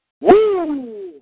woo